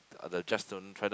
just don't try to